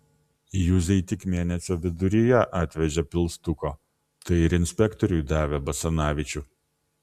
juzei tik mėnesio viduryje atvežė pilstuko tai ir inspektoriui davė basanavičių